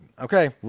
Okay